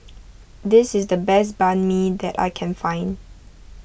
this is the best Banh Mi that I can find